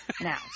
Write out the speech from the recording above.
now